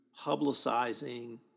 publicizing